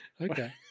Okay